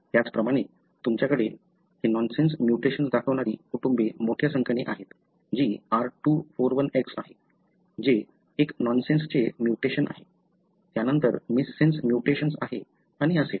त्याचप्रमाणे तुमच्याकडे हे नॉनसेन्स म्युटेशन्स दाखवणारी कुटुंबे मोठ्या संख्येने आहेत जी R241X आहे जे एक नॉनसेन्सचे म्युटेशन्स आहे त्यानंतर मिससेन्स म्युटेशन्स आहे आणि असेच